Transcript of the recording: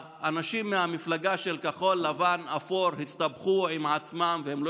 האנשים מהמפלגה של כחול לבן אפור הסתבכו עם עצמם והם לא